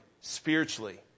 spiritually